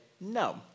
No